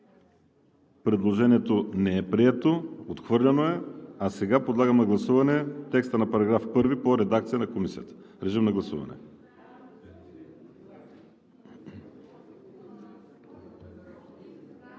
Предложението не е прието, отхвърлено е. Сега подлагам на гласуване текста на § 1 по редакция на Комисията. Гласували